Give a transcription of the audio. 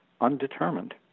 undetermined